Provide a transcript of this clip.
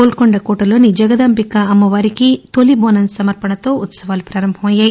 గోల్కొండ కోటలోని జగదాంబిక అమ్మవారికి తొలి బోనం సమర్పణతో ఉత్సవాలు ప్రారంభమయ్యాయి